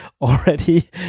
already